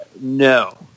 no